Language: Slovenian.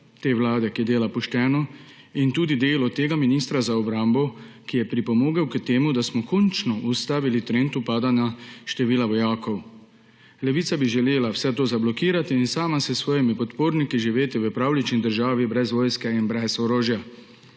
te vlade, ki dela pošteno, in tudi delo tega ministra za obrambo, ki je pripomogel k temu, da smo končno ustavili trend upadanja števila vojakov. Levica bi želela vse to zablokirati in sama s svojimi podporniki živeti v pravljični državi brez vojske in brez orožja.